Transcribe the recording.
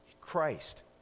Christ